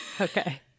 okay